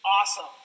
awesome